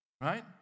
right